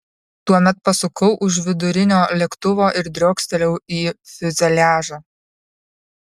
tuomet pasukau už vidurinio lėktuvo ir driokstelėjau į fiuzeliažą